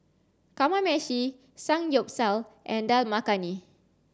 Kamameshi Samgyeopsal and Dal Makhani